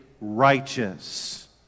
righteous